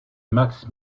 max